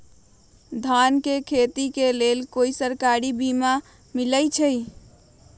धान के खेती के लेल कोइ सरकारी बीमा मलैछई?